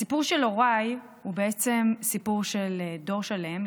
הסיפור של הוריי הוא בעצם סיפור של דור שלם,